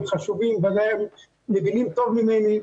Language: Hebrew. ודאי הם מבינים טוב ממני,